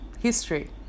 History